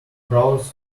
crows